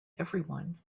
everyone